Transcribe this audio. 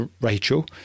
Rachel